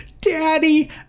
daddy